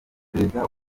perezida